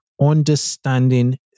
understanding